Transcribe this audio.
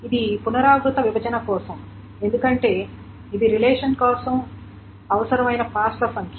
ఇది పునరావృత విభజన కోసం ఎందుకంటే ఇది రిలేషన్ కోసం అవసరమైన పాస్ల సంఖ్య